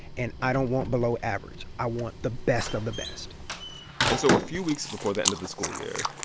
and i don't want below average. i want the best of the best and so a few weeks before the end of the school year,